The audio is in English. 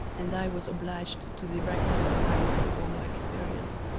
and i was obliged to direct her by my former experience,